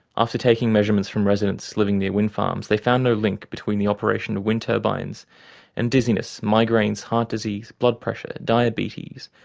after taking measurements from residents living near wind farms, they found no link between the operation of wind turbines and dizziness, migraines, heart disease, blood pressure, diabetes,